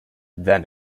then